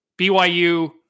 BYU